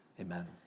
Amen